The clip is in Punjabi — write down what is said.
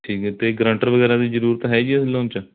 ਠੀਕ ਹੈ ਅਤੇ ਗਰੰਟਰ ਵਗੈਰਾ ਦੀ ਜ਼ਰੂਰਤ ਹੈ ਜੀ ਇਸ ਲੋਨ 'ਚ